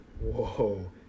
Whoa